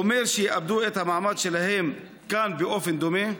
גורמת שיאבדו את המעמד שלהם כאן באופן דומה?